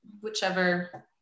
whichever